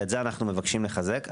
את זה אנו מבקשים לחזק.